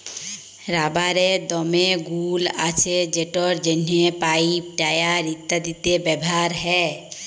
রাবারের দমে গুল্ আছে যেটর জ্যনহে পাইপ, টায়ার ইত্যাদিতে ব্যাভার হ্যয়